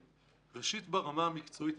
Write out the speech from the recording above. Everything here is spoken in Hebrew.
ראשית, ברמה המקצועית.